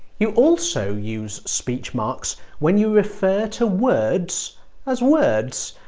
you also use speech marks when you refer to words as words.